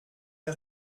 der